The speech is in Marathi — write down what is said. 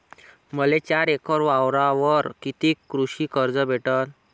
मले चार एकर वावरावर कितीक कृषी कर्ज भेटन?